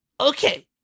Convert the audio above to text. Okay